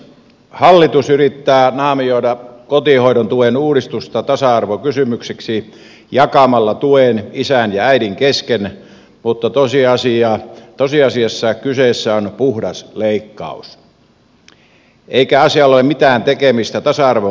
hallitus yrittää naamioida kotihoidon tuen uudistusta tasa arvokysymykseksi jakamalla tuen isän ja äidin kesken mutta tosiasiassa kyseessä on puhdas leikkaus eikä asialla ole mitään tekemistä tasa arvon kanssa